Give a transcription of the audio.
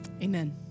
amen